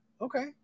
Okay